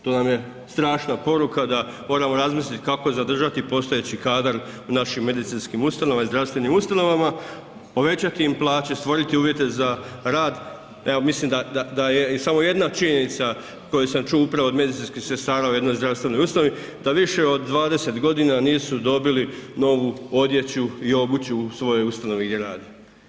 To nam je strašna poruka da moramo razmisliti kako zadržati postojeći kadar u našim medicinskim ustanovama i zdravstvenim ustanovama, povećati im plaće, stvoriti uvjete za rad, evo, mislim da je i samo jedna činjenica koju sam čuo upravo od medicinskih sestara u jednoj zdravstvenoj ustanovi da više od 20 g. nisu dobili novu odjeću i obuću u svojoj ustanovi gdje rade.